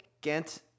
ghent